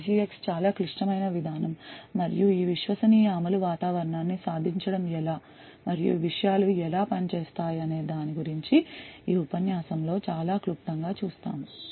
SGX ఒక చాలా క్లిష్టమైన విధానం మరియు ఈ విశ్వసనీయ అమలు వాతావరణాన్ని సాధించడం ఎలా మరియు ఈ విషయాలు ఎలా పని చేస్తాయనే దాని గురించి ఈ ఉపన్యాసం లో చాలా క్లుప్తం గా చూస్తాము